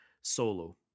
Solo